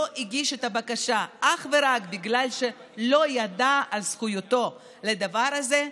הגיש את הבקשה אך ורק בגלל שלא ידע על זכותו לדבר הזה,